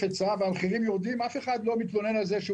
היצע והמחירים יורדים אף אחד לא מתלונן על זה שהוא